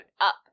up